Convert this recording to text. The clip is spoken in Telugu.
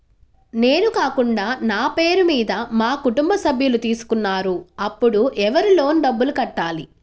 నేను కాకుండా నా పేరు మీద మా కుటుంబ సభ్యులు తీసుకున్నారు అప్పుడు ఎవరు లోన్ డబ్బులు కట్టాలి?